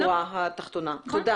בפניות האלה, וזו השורה התחתונה.